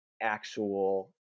actual